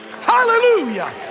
hallelujah